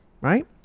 right